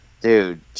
dude